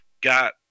got